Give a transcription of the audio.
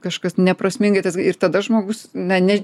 kažkas neprasmingai ir tada žmogus net